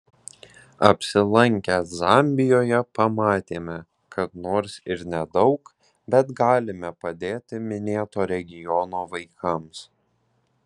apsilankę zambijoje pamatėme kad nors ir nedaug bet galime padėti minėto regiono vaikams